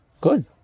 Good